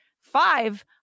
five